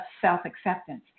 self-acceptance